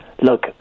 Look